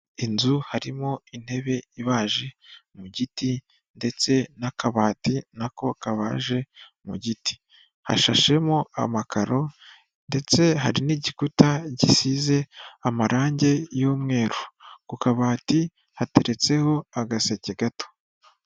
Inzu harimo intebe ibaje mu giti ndetse n'akabati na ko kabaje mu giti, hashashemo amakaro ndetse hari n'igikuta gisize amarangi y'umweru, ku kabati hateretseho agaseke gato.